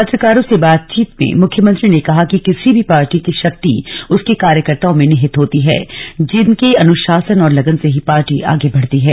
पत्रकारों से बातचीत में मुख्यमंत्री ने कहा कि किसी भी पार्टी की शक्ति उसके कार्यकर्ताओं में निहित होती है जिनके अनुशासन और लगन से ही पार्टी आगे बढ़ती है